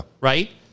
right